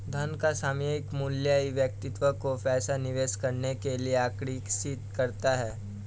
धन का सामायिक मूल्य ही व्यक्ति को पैसा निवेश करने के लिए आर्कषित करता है